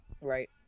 Right